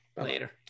later